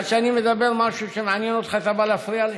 עד שאני מדבר משהו שמעניין אותך אתה בא להפריע לי?